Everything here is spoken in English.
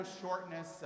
shortness